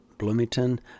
Bloomington